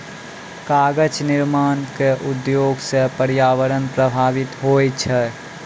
कागज निर्माण क उद्योग सँ पर्यावरण प्रभावित होय छै